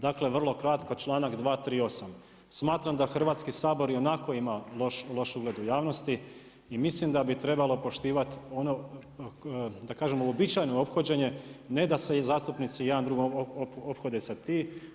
Dakle, vrlo kratko članak 238., smatram da Hrvatski sabor ionako ima loš ugled u javnosti i mislim da bi trebalo poštivati, ono da kažem uobičajeno ophođenje, ne da se i zastupnici jedan drugi ophode sa tim.